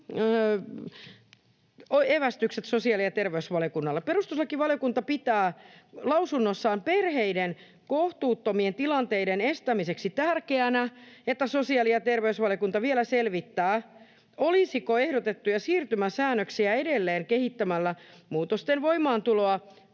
evästykset sosiaali- ja terveysvaliokunnalle: ”Perustuslakivaliokunta pitää lausunnossaan perheiden kohtuuttomien tilanteiden estämiseksi tärkeänä, että sosiaali- ja terveysvaliokunta vielä selvittää, olisiko ehdotettuja siirtymäsäännöksiä edelleen kehittämällä muutosten voimaantuloa